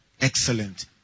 excellent